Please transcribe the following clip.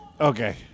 Okay